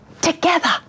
together